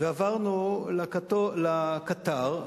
ועברנו לקטר,